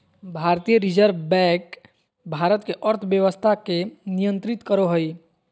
भारतीय reserve bank Bharat के अर्थव्यवस्था के नियन्त्रित करो हइ